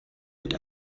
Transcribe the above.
wird